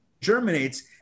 germinates